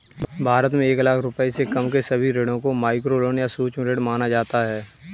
भारत में एक लाख रुपए से कम के सभी ऋणों को माइक्रोलोन या सूक्ष्म ऋण माना जा सकता है